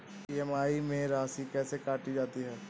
EMI में राशि कैसे काटी जाती है?